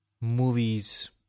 movies